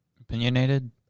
opinionated